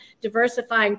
diversifying